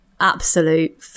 absolute